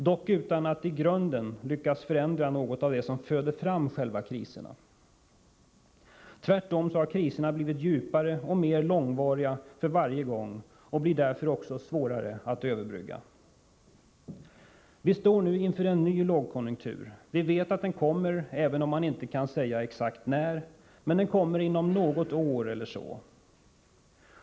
Dock utan att i grunden ha lyckats förändra något av det som föder fram själva kriserna. Tvärtom har kriserna blivit djupare och mer långvariga för varje gång och blir därför också svårare att överbrygga. Visstår nu inför en ny lågkonjunktur. Vi vet att den kommer även om man inte kan säga exakt när. Men den kommer inom något år eller så.